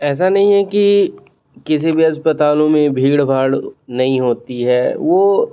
ऐसा नहीं है कि किसी भी अस्पतालों में भीड़ भाड़ नहीं होती है वो